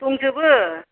दंजोबो